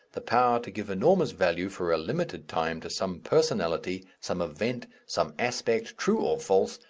the power to give enormous value for a limited time to some personality, some event, some aspect, true or false,